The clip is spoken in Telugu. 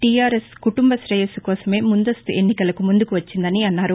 టీఆర్ఎస్ కుటుంబ శేయస్సు కోసమే ముందస్తు ఎన్నికలకు ముందుకు వచ్చిందనీ అన్నారు